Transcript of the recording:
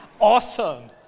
Awesome